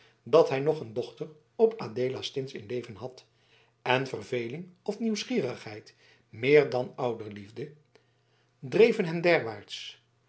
dat hij nog een dochter op adeelastins in leven had en verveling of nieuwsgierigheid meer dan ouderliefde dreven hem